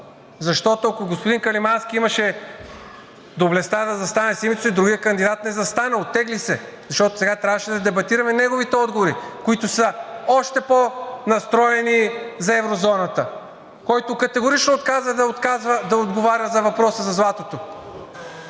Защото, ако господин Каримански имаше доблестта да застане с името си, другият кандидат не застана – оттегли се, защото сега трябваше да дебатираме неговите отговори, които са още по настроени за еврозоната, който категорично отказа да отговаря на въпроса за златото.